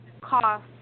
cost